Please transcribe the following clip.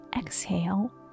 exhale